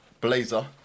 Blazer